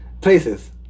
places